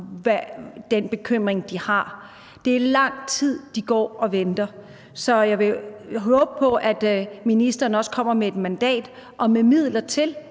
den bekymring, de har. Det er lang tid, de går og venter. Så jeg vil håbe, at ministeren også kommer med et mandat og med midler til,